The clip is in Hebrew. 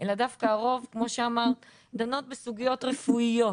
אלא דווקא הרוב כמו שאמרת דנות בסוגיות רפואיות.